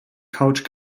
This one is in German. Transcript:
couch